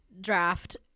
draft